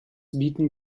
bieten